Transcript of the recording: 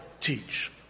teach